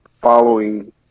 following